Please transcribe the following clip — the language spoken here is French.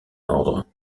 ordre